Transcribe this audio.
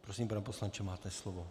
Prosím, pane poslanče, máte slovo